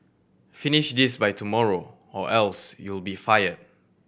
finish this by tomorrow or else you'll be fired